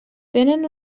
tenen